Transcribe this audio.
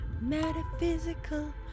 metaphysical